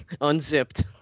Unzipped